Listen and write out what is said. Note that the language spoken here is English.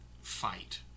fight